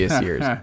years